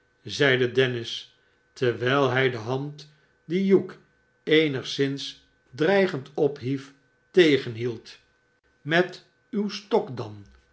zeide dennis terwijl hij de hand die hugh eenigszins dreigend ophief tegenhield met uw stok dan